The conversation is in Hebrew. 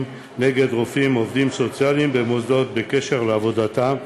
נגד רופאים ועובדים סוציאליים במוסדות בקשר לעבודתם,